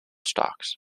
stocks